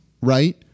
right